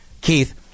Keith